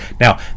Now